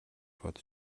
бодож